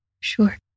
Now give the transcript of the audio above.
Sure